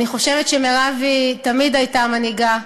אני חושבת שמירב תמיד הייתה מנהיגה,